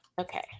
Okay